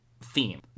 theme